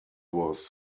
was